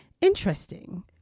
Interesting